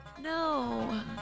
No